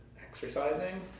exercising